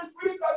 Spirit